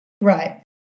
right